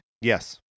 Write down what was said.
Yes